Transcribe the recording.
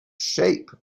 shape